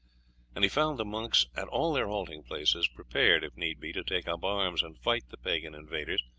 and he found the monks at all their halting-places prepared, if need be, to take up arms and fight the pagan invaders,